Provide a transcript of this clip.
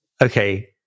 okay